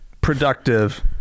productive